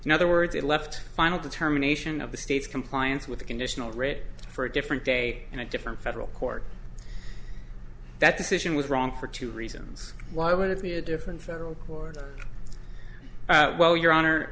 in other words it left a final determination of the state's compliance with a conditional writ for a different day in a different federal court that decision was wrong for two reasons why would it be a different federal order well your honor